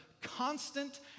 constant